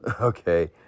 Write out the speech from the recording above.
Okay